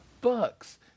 Bucks